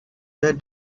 the